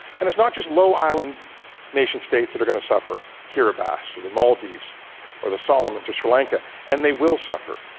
and it's not just low island nation-states that are going to suffer kiribati or the maldives or the solomons or sri lanka and they will suffer,